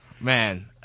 Man